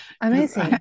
amazing